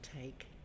take